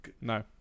No